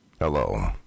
Hello